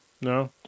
No